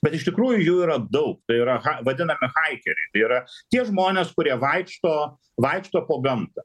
bet iš tikrųjų jų yra daug tai yra vadinami haikeriai tai yra tie žmonės kurie vaikšto vaikšto po gamtą